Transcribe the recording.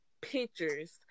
pictures